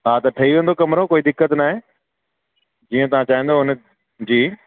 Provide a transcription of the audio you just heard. हा त ठई वेंदो कमिरो कोई दिक़त नाहे जीअं तव्हां चाहींदुव हुनजी